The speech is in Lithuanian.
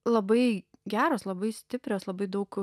labai geros labai stiprios labai daug